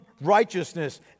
righteousness